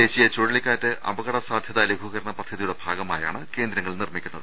ദേശീയ ചുഴലിക്കാറ്റ് അപ കട സാധൃത ലഘൂകരണ പദ്ധതിയുടെ ഭാഗമായാണ് കേന്ദ്രങ്ങൾ നിർമ്മി ക്കുന്നത്